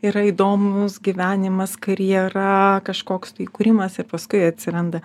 yra įdomus gyvenimas karjera kažkoks tai kūrimas ir paskui atsiranda